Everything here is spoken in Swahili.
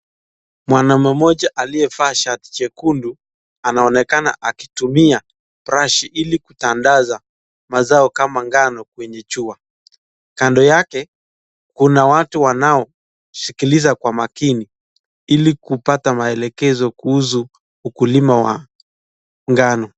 Mwanaume mmoja aliyevaa shati jekundu, anaonekana akitumia [brush] ili kutandaza mazao kama ngano kwenye jua. Kando yake, kuna watu wanaosikiliza kwa makini ili kupata maelekezo kuhusu ukulima wa ngano.